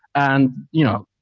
and, you know,